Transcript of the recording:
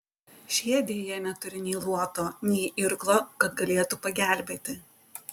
šie deja neturi nei luoto nei irklo kad galėtų pagelbėti